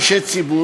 70 אנשי ציבור,